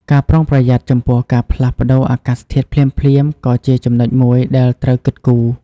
ការប្រុងប្រយ័ត្នចំពោះការផ្លាស់ប្តូរអាកាសធាតុភ្លាមៗក៏ជាចំណុចមួយដែលត្រូវគិតគូរ។